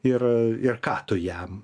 ir ir ką tu jam